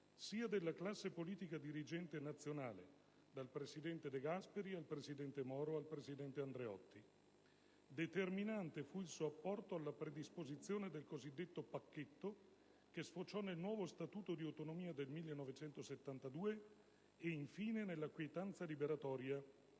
sia della classe politica dirigente nazionale (dal presidente De Gasperi al presidente Moro, al presidente Andreotti). Determinante fu il suo apporto alla predisposizione del cosiddetto Pacchetto che sfociò nel nuovo statuto di autonomia del 1972 e, infine, nella «quietanza liberatoria»